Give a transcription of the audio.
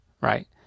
right